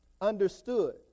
understood